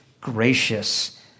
gracious